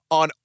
on